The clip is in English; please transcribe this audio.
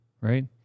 Right